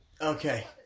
Okay